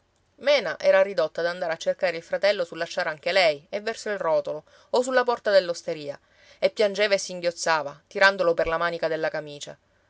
mena era ridotta ad andare a cercare il fratello sulla sciara anche lei e verso il rotolo o sulla porta dell'osteria e piangeva e singhiozzava tirandolo per la manica della camicia